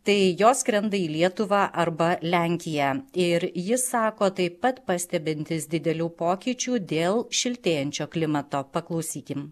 tai jos skrenda į lietuvą arba lenkiją ir jis sako taip pat pastebintis didelių pokyčių dėl šiltėjančio klimato paklausykim